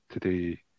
today